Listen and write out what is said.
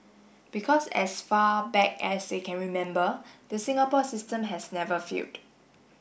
because as far back as they can remember the Singapore system has never failed